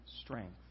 strength